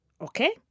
okay